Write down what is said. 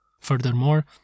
Furthermore